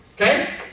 Okay